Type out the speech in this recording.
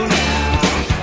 now